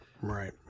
Right